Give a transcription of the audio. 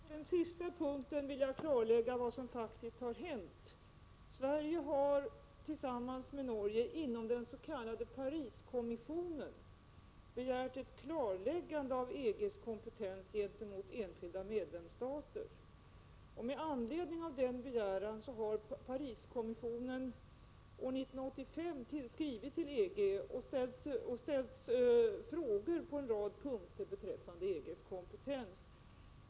Herr talman! När det gäller det sista Viola Claesson sade vill jag berätta vad som faktiskt hänt. Sverige har tillsammans med Norge inom den s.k. Pariskommissionen begärt ett klarläggande av EG:s kompetens gentemot enskilda medlemsstater. Med anledning av den begäran har Pariskommissionen år 1985 skrivit till EG och ställt frågor på en rad punkter beträffande EG:s kompetens.